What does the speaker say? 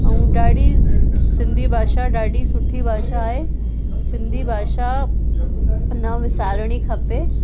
ऐं ॾाढी सिंधी भाषा ॾाढी सुठी भाषा आहे सिंधी भाषा न विसारिणी खपे